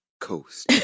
coast